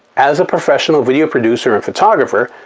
as a professional video producer and photographer,